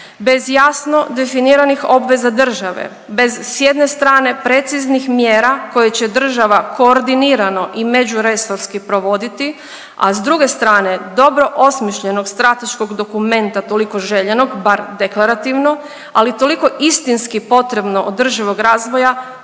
Bez jasno definiranih obveza države, bez s jedne strane preciznih mjera koje će država koordinirano i međuresorski provoditi a s druge strane dobro osmišljenog strateškog dokumenta toliko željenog bar deklarativno, ali toliko istinski potrebno održivog razvoja